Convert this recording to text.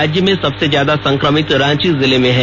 राज्य में सबसे ज्यादा संक्रमित रांची जिले में हैं